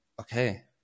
Okay